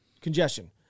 congestion